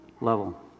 level